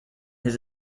his